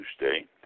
Tuesday